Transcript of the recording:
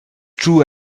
true